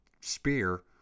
spear